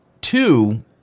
Two